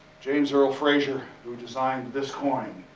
james earle fraser, who designed this coin.